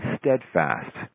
steadfast